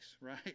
right